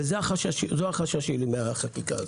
וזה החשש שלי מהחקיקה הזאת.